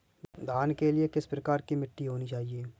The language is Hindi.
धान के लिए किस प्रकार की मिट्टी होनी चाहिए?